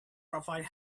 provide